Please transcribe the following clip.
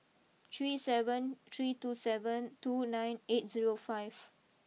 three seven three two seven two nine eight zero five